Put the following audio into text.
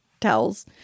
towels